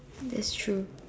that's true